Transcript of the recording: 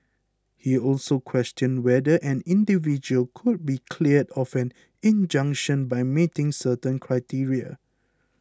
he also questioned whether an individual could be cleared of an injunction by meeting certain criteria